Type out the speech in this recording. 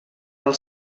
del